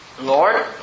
Lord